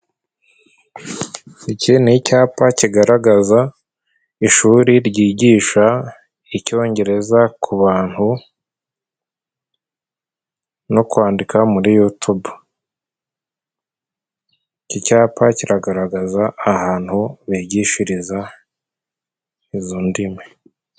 Iki ni icapa kigaragaza ishuri ryigisha icyongereza, ku bantu no kwandika muri yutubi, iki capa kiragaragaza ahantu bigishiriza izo ndimi.